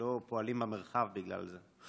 לא פועלים במרחב בגלל זה.